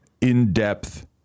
In-depth